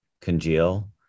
congeal